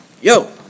Yo